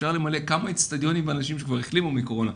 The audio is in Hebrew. אפשר למלא כמה אצטדיונים באנשים שכבר החלימו מקורונה,